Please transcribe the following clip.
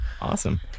awesome